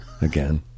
Again